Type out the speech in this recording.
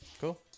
Cool